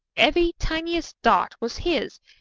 every tiniest dot was his.